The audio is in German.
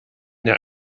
der